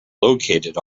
located